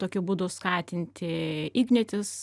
tokiu būdu skatinti ignitis